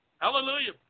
Hallelujah